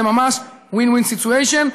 זה ממש win win situation.